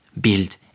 build